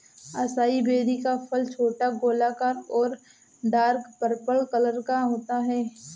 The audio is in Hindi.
असाई बेरी का फल छोटा, गोलाकार और डार्क पर्पल कलर का होता है